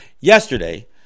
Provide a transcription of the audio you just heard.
Yesterday